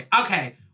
Okay